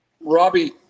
Robbie